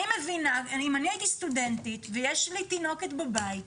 אם אני הייתי סטודנטית והיתה לי תינוקת בבית,